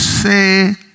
Say